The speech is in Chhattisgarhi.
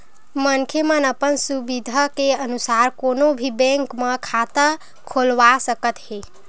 मनखे मन अपन सुबिधा के अनुसार कोनो भी बेंक म खाता खोलवा सकत हे